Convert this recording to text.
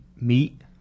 meat